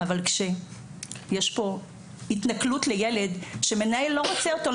אבל כשיש פה התנכלות לילד שמנהל לא רוצה אותו,